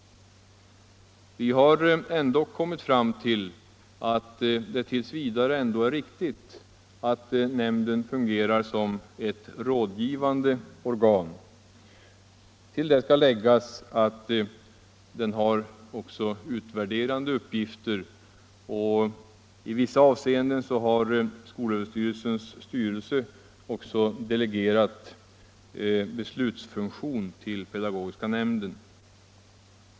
Vi har funnit att det är lämpligt att nämnden tills vidare fungerar som ett rådgivande organ. Nämnden har dock även utvärderande uppgifter, och skolöverstyrelsens styrelse har i vissa avseenden också delegerat beslutsfunktioner till pedagogiska nämnden.